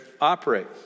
operate